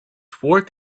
toward